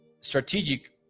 strategic